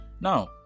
now